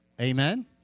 Amen